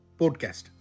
podcast